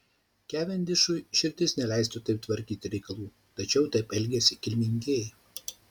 kavendišui širdis neleistų taip tvarkyti reikalų tačiau taip elgiasi kilmingieji